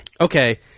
Okay